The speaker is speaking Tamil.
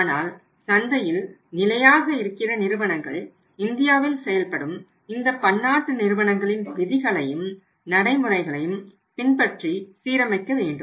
ஆனால் சந்தையில் நிலையாக இருக்கிற நிறுவனங்கள் இந்தியாவில் செயல்படும் இந்த பன்னாட்டு நிறுவனங்களின் விதிகளையும் நடைமுறைகளையும் பின்பற்றி சீரமைக்க வேண்டும்